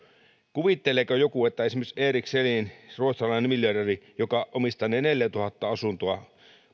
kuvitteleeko joku että esimerkiksi erik selin ruotsalainen miljardööri joka omistaa ne neljätuhatta asuntoa